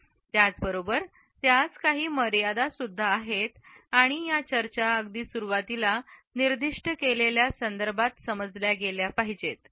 त्याचबरोबर त्यास काही मर्यादा सुद्धा आहेत आणि या चर्चा अगदी सुरुवातीला निर्दिष्ट केलेल्या संदर्भात समजले गेल्या पाहिजेत